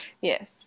Yes